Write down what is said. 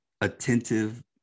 attentive